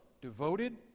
devoted